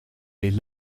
les